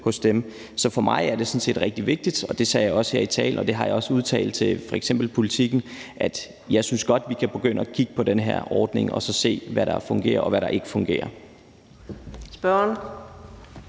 til. Så for mig er det sådan set rigtig vigtigt – og det sagde jeg også her i talen, og det har jeg også udtalt til f.eks. Politiken – at jeg synes, vi godt kan begynde at kigge på den her ordning og så se, hvad der fungerer, og hvad der ikke fungerer. Kl.